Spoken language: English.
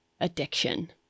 addiction